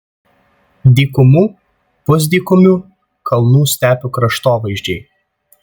dykumų pusdykumių kalnų stepių kraštovaizdžiai